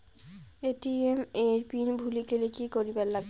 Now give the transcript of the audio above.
ATM এর pin ভুলি গেলে কি করিবার লাগবে?